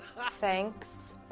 Thanks